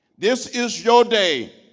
this is your day!